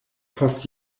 post